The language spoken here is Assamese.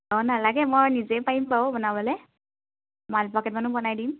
অঁ নালাগে মই নিজে পাৰিম বাৰু বনাবলৈ মালপোৱা কেইটামানো বনাই দিম